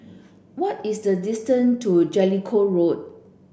what is the distance to Jellicoe Road